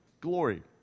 glory